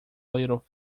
little